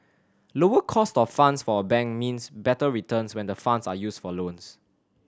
lower cost of funds for a bank means better returns when the funds are used for loans